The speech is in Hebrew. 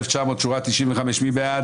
מי בעד?